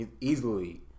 Easily